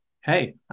hey